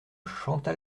chantal